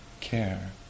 care